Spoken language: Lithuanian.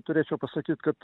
turėčiau pasakyt kad